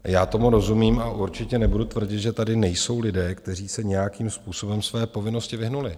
Já tomu rozumím a určitě nebudu tvrdit, že tady nejsou lidé, kteří se nějakým způsobem své povinnosti vyhnuli.